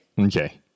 Okay